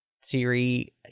Siri